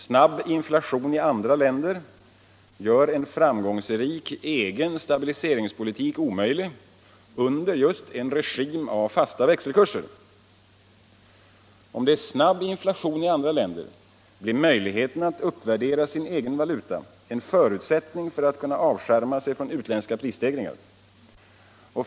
Snabb inflation i andra länder gör en framgångsrik egen stabiliseringspolitik omöjlig under en regim med fasta växelkurser. Om det är snabb inflation i andra länder, blir möjligheten att uppvärdera sin egen valuta en förutsättning för att kunna avskärma sig från utländska prisstegringar.